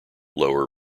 lower